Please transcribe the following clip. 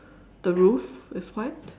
the roof is white